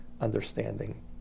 understanding